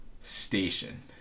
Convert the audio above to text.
station